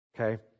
okay